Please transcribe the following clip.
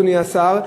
אדוני השר,